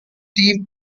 team